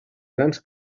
grans